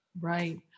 Right